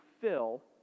fill